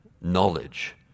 knowledge